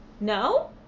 No